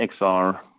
XR